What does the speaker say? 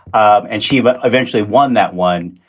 and she but eventually won that one.